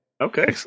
Okay